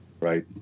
right